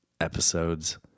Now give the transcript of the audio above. episodes